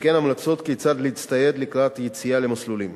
וכן המלצות כיצד להצטייד לקראת יציאה למסלולים.